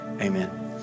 Amen